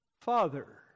Father